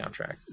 soundtrack